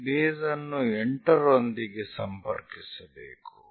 ಈ ಬೇಸ್ ಅನ್ನು 8 ರೊಂದಿಗೆ ಸಂಪರ್ಕಿಸಬೇಕು